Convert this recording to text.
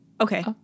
Okay